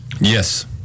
Yes